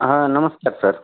हां नमस्कार सर